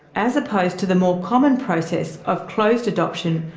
as opposed to the more common process of closed adoption,